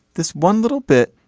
this one little bit.